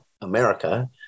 America